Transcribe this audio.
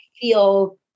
feel